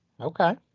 Okay